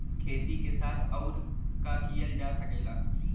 खेती के साथ अउर का कइल जा सकेला?